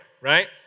right